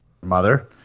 mother